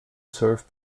served